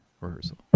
rehearsal